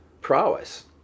prowess